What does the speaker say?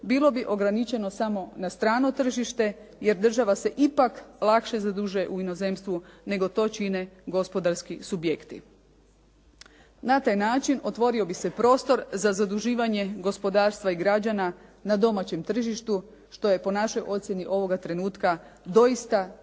bilo bi ograničeno samo na strano tržište, jer država se ipak lakše zadužuje u inozemstvu, nego to čine gospodarski subjekti. Na taj način otvorio bi se prostor za zaduživanje gospodarstva i građana na domaćem tržištu što je po našoj ocjeni ovoga trenutka doista pojas